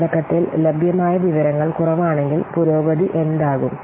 തുടക്കത്തിൽ ലഭ്യമായ വിവരങ്ങൾ കുറവാണെങ്കിൽ പുരോഗതി എന്താകും